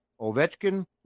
Ovechkin